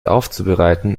aufzubereiten